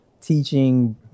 teaching